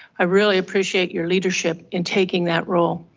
i really appreciate your leadership in taking that role.